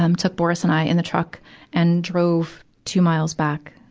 um took boris and i in the truck and drove two miles back,